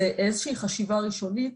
זו איזושהי חשיבה ראשונית,